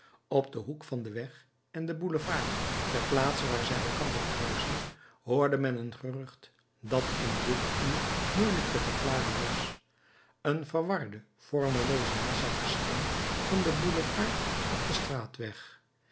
op den hoek van den weg en den boulevard ter plaatse waar zij elkander kruisen hoorde men een gerucht dat in dit uur moeielijk te verklaren was een verwarde vormlooze massa verscheen van den boulevard op den straatweg